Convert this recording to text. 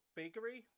bakery